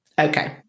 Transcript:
Okay